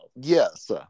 Yes